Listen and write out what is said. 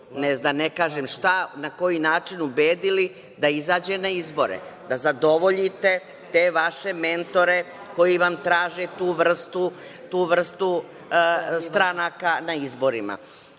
da ne kažem šta, na koji način ubedili da izađe na izbore, da zadovoljite te vaše mentore koji vam traže tu vrstu stranaka na izborima.